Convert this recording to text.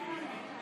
(הגנה על עובדת מפני הליכי פיטורים),